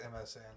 MSN